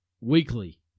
weekly